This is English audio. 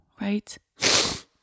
right